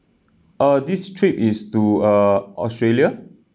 uh this trip is to uh australia